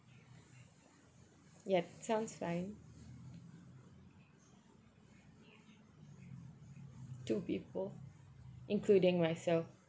yup sounds fine two people including myself